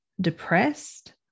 depressed